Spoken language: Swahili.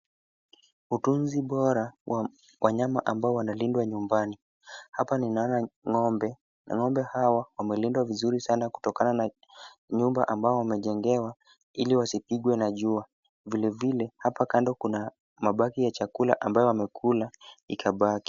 Utunzi bora wa wanyama ambao wanalindwa nyumbani. Hapa ninaona ng'ombe na ng'ombe hawa wamelindwa vizuri sana kutokana na nyumba ambayo wamejengewa ili wasipigwe na jua. Vilevile hapa kando kuna mabaki ya chakula ambayo wamekula ikabaki.